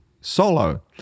solo